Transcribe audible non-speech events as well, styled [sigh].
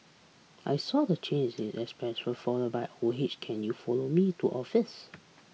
I saw the change in expression followed by [unintelligible] can you follow me to office